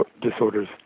disorders